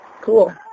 Cool